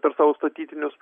per savo statytinius